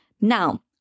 Now